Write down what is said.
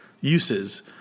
uses